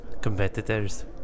Competitors